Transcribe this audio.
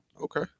Okay